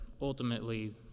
ultimately